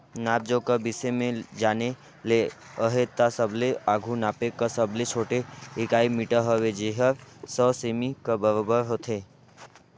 नाप जोख कर बिसे में जाने ले अहे ता सबले आघु नापे कर सबले छोटे इकाई मीटर हवे जेहर सौ सेमी कर बराबेर होथे